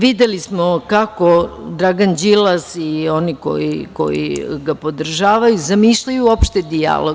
Videli smo kako Dragan Đilas i oni koji ga podržavaju zamišljaju uopšte dijalog.